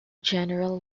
general